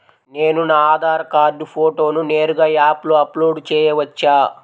నేను నా ఆధార్ కార్డ్ ఫోటోను నేరుగా యాప్లో అప్లోడ్ చేయవచ్చా?